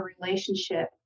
relationship